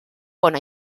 bona